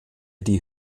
die